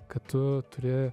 kad tu turi